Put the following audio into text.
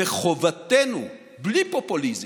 וחובתנו, בלי פופוליזם,